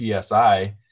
PSI